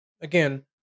Again